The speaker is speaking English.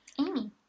Amy